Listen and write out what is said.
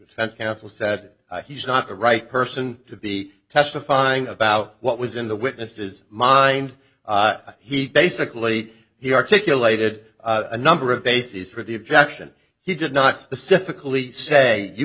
defense counsel said he's not the right person to be testifying about what was in the witnesses mind he basically he articulated a number of bases for the objection he did not specifically say you